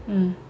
mm